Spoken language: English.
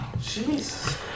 jesus